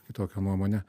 kitokią nuomonę